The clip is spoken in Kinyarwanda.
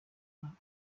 rwanda